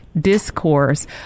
discourse